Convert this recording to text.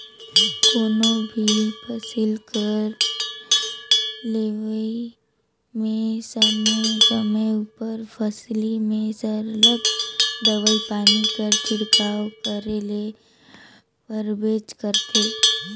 कोनो भी फसिल कर लेवई में समे समे उपर फसिल में सरलग दवई पानी कर छिड़काव करे ले परबेच करथे